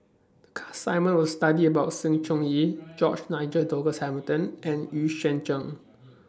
The class assignment was to study about Sng Choon Yee George Nigel Douglas Hamilton and Xu Yuan Zhen